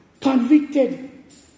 convicted